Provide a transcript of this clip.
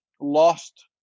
lost